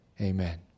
amen